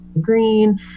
green